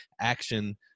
action